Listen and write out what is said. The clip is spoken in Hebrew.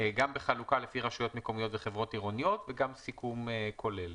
גם בחלוקה לפי רשויות מקומיות וחברות עירוניות וגם סיכום כולל.